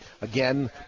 Again